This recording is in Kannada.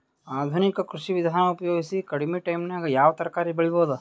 ಆಧುನಿಕ ಕೃಷಿ ವಿಧಾನ ಉಪಯೋಗಿಸಿ ಕಡಿಮ ಟೈಮನಾಗ ಯಾವ ತರಕಾರಿ ಬೆಳಿಬಹುದು?